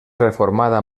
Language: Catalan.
reformada